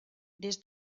des